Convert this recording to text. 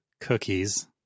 cookies